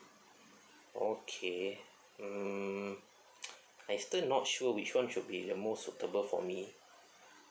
okay mm I still not sure which one should be the most suitable for me